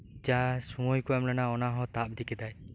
ᱡᱟ ᱥᱚᱢᱚᱭ ᱠᱩ ᱮᱢ ᱞᱮᱱᱟ ᱚᱱᱟᱦᱚᱭ ᱛᱟᱵ ᱤᱫᱤᱠᱮᱫᱟ